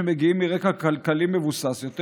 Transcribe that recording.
שמגיעים מרקע כלכלי מבוסס יותר,